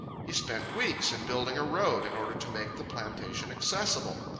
he spent weeks in building a road in order to make the plantation accessible.